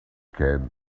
can